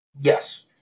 Yes